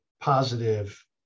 positive